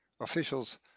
Officials